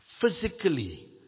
physically